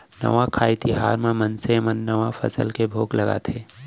नवाखाई तिहार म मनखे मन नवा फसल के भोग लगाथे